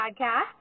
podcast